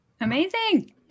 Amazing